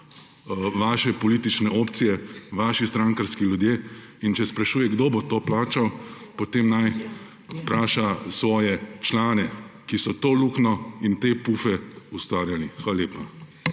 vaše politične opcije, vaši strankarski ljudje. In če sprašuje, kdo bo to plačal, potem naj vpraša svoje člane, ki so to luknjo in te pufe ustvarjali. Hvala lepa.